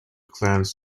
clans